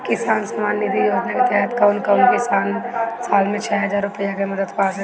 किसान सम्मान निधि योजना के तहत कउन कउन किसान साल में छह हजार रूपया के मदद पा सकेला?